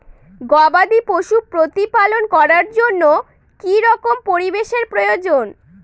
গবাদী পশু প্রতিপালন করার জন্য কি রকম পরিবেশের প্রয়োজন?